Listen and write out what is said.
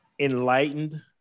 enlightened